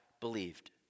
believed